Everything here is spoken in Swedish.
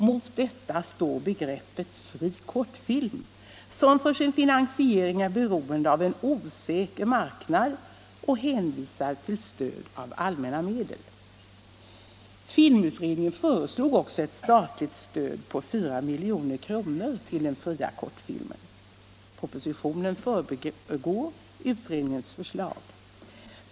Mot detta står kategorin fri kortfilm, som för sin finansiering är beroende av en osäker marknad och hänvisad till stöd av allmänna medel. Filmutredningen föreslog också ett statligt stöd på 4 milj.kr. till den fria kortfilmen. Propositionen förbigår utredningens förslag.